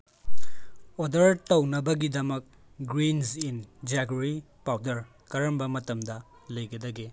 order ꯇꯧꯅꯕꯒꯤꯗꯃꯛ greens in jaggery powder ꯀꯔꯝꯕ ꯃꯇꯝꯗ ꯂꯩꯒꯗꯒꯦ